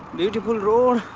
beautiful road.